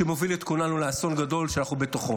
שמוביל את כולנו לאסון גדול שאנחנו בתוכו.